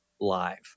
live